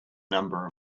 number